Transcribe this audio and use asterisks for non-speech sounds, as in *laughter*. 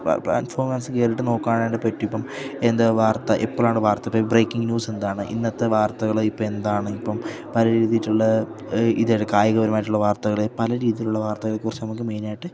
platform *unintelligible* കയറിയിട്ട് നോക്കുവാനായിട്ട് പറ്റും ഇപ്പം എന്താണ് വാർത്ത എപ്പോഴാണ് വാർത്തയിട്ടത് ബ്രേക്കിംഗ് ന്യൂസ് എന്താണ് ഇന്നത്തെ വാർത്തകള് ഇപ്പോഴെന്താണ് ഇപ്പം പലരും എഴുതിയിട്ടുള്ള ഇതായിട്ട് കായികപരമായിട്ടുള്ള വാർത്തകള് പല രീതിയിലുള്ള വാർത്തകളെക്കുറിച്ച് നമുക്ക് മെയിനായിട്ട്